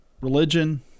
religion